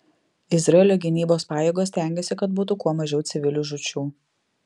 izraelio gynybos pajėgos stengiasi kad būtų kuo mažiau civilių žūčių